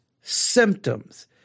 symptoms